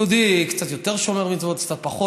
יהודי קצת יותר שומר מצוות, קצת פחות.